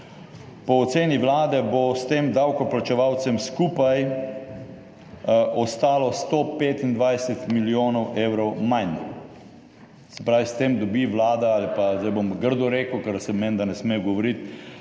po oceni Vlade bo s tem davkoplačevalcem skupaj ostalo 125 milijonov evrov manj. Se pravi, s tem dobi Vlada ali pa, zdaj bom grdo rekel, kar se menda ne sme govoriti,